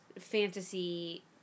fantasy